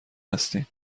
هستین